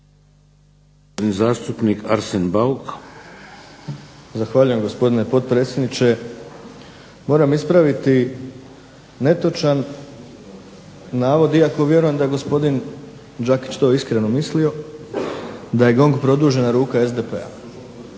**Bauk, Arsen (SDP)** Zahvaljujem gospodine potpredsjedniče. Moram ispraviti netočan navod, iako vjerujem da je gospodin Đakić to iskreno mislio, da je GONG produžena ruka SDP-a.